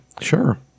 Sure